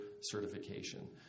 certification